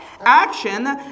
Action